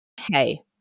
hey